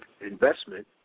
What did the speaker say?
investment